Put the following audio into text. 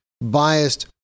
biased